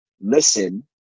listen